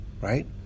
right